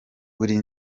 buri